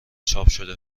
چاپشده